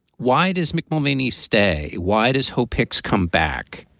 why does mick mulvaney stay? why does hope hicks come back?